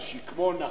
"שקמונה",